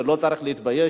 ולא צריך להתבייש.